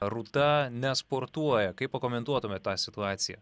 rūta nesportuoja kaip pakomentuotumėt tą situaciją